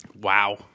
Wow